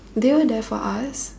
they were there for us